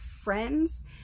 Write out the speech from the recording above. friends